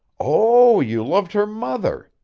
oh, you loved her mother.